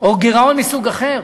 או גירעון מסוג אחר.